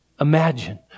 imagine